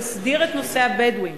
תסדיר את נושא הבדואים